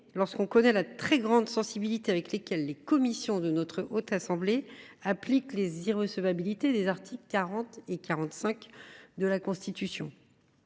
lorsque l’on connaît la très grande sensibilité avec laquelle les commissions de notre assemblée appliquent les irrecevabilités au titre des articles 40 et 45 de la Constitution